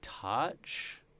Touch